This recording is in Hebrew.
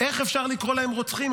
איך אפשר לקרוא להם רוצחים?